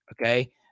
Okay